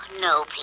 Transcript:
No